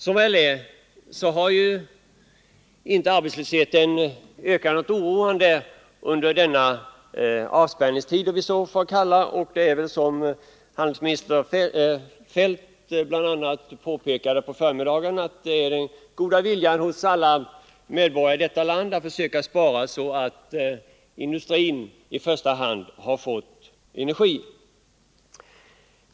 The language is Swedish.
Som väl är har ju inte arbetslösheten ökat oroande under denna avspärrningstid — om vi så får kalla den. Som handelsminister Feldt bl.a. påpekade på förmiddagen har det funnits den goda viljan hos alla medborgare i detta land att försöka spara så att industrin får energi.